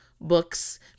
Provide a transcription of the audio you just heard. books